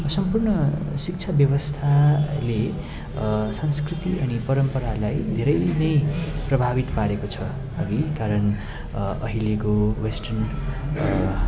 सम्पूर्ण शिक्षा व्यवस्थाले संस्कृति अनि परम्परालाई धेरै नै प्रभावित पारेको छ हगि कारण अहिलेको वेस्टर्न